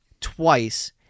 twice